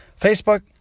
Facebook